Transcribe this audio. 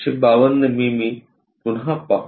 तर 152 मिमी पुन्हा पाहू